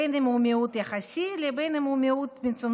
בין אם הוא מיעוט ובין אם הוא מיעוט מצומצם.